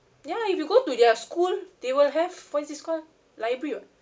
ya if you go to their school they will have what is this called library [what]